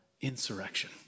insurrection